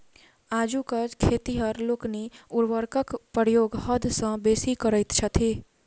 आजुक खेतिहर लोकनि उर्वरकक प्रयोग हद सॅ बेसी करैत छथि